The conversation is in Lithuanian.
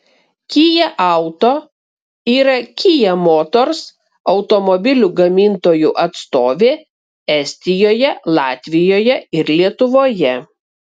kia auto yra kia motors automobilių gamintojų atstovė estijoje latvijoje ir lietuvoje